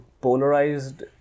Polarized